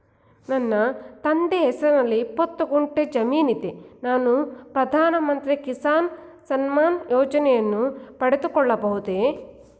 ನನ್ನ ತಂದೆಯ ಹೆಸರಿನಲ್ಲಿ ಇಪ್ಪತ್ತು ಗುಂಟೆ ಜಮೀನಿದೆ ನಾನು ಪ್ರಧಾನ ಮಂತ್ರಿ ಕಿಸಾನ್ ಸಮ್ಮಾನ್ ಯೋಜನೆಯನ್ನು ಪಡೆದುಕೊಳ್ಳಬಹುದೇ?